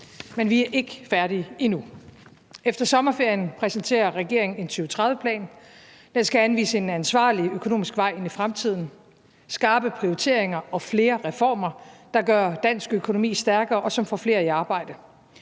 Men vi er ikke færdige endnu. Efter sommerferien præsenterer regeringen en 2030-plan, der skal anvise en ansvarlig økonomisk vej ind i fremtiden, skarpe prioriteringer og flere reformer, der gør dansk økonomi stærkere, og som får flere i arbejde,